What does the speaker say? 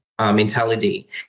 mentality